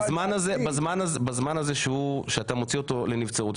בזמן הזה שאתה מוציא אותו לנבצרות,